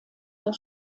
der